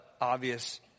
obvious